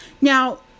Now